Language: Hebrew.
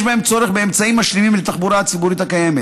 בהם צורך באמצעים משלימים לתחבורה הציבורית הקיימת.